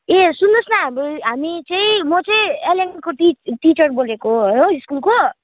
ए सन्नुहोस् न हामी हामी चाहिँ म चाहिँ एलेनको टि टिचर बोलेको हो स्कुलको